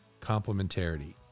complementarity